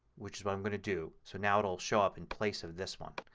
which is what i'm going to do. so now it will show up in place of this one.